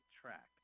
Track